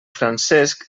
francesc